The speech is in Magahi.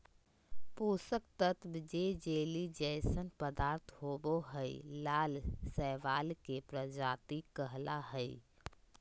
पोषक तत्त्व जे जेली जइसन पदार्थ होबो हइ, लाल शैवाल के प्रजाति कहला हइ,